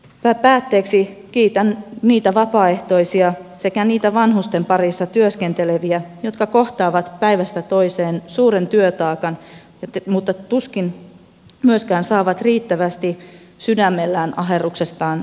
päätteeksi kiitän niitä vapaaehtoisia sekä niitä vanhusten parissa työskenteleviä jotka kohtaavat päivästä toiseen suuren työtaakan mutta tuskin saavat riittävästi sydämellään aherruksestaan kiitosta